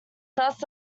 thus